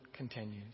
continues